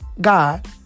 God